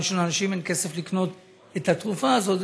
שלאנשים אין כסף לקנות את התרופה הזאת,